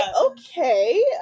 okay